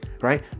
right